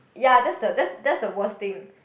ya that's the that's that's the worst thing